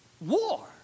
war